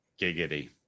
Giggity